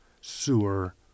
sewer